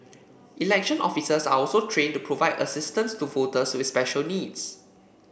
election officers are also trained to provide assistance to voters with special needs